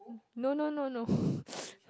no no no no